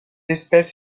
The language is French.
espèce